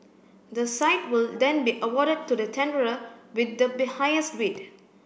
the site will then be awarded to the tenderer with the be highest bid